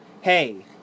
hey